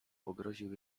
pogroził